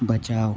बचाओ